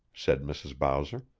said mrs. bowser.